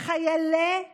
חיילי צה"ל.